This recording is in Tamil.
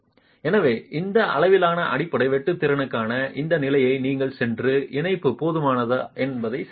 எனவே இந்த அளவிலான அடிப்படை வெட்டு திறனுக்கான இந்த நிலை நீங்கள் சென்று இணைப்பு போதுமானது என்ன என்பதை சரிபார்க்கும்